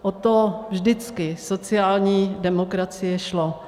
O to vždycky sociální demokracii šlo.